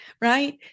right